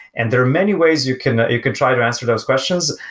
and there are many ways you can you can try to answer those questions.